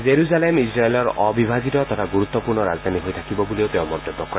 Jerusalem ইজৰাইলৰ অবিভাজিত তথা গুৰুত্বপূৰ্ণ ৰাজধানী হৈ থাকিব বুলিও তেওঁ মন্তব্য কৰে